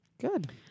good